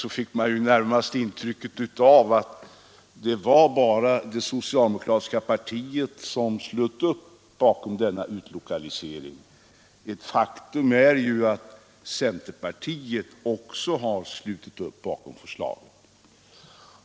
Man fick närmast intrycket att det var bara det socialdemokratiska partiet som slöt upp bakom denna utlokalisering, men ett faktum är ju att också centerpartiet har slutit upp bakom förslaget.